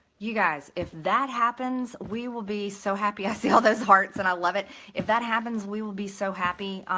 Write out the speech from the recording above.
you guys, if that happens, we will be so happy i see all those hearts and i love it if that happens we will be so happy,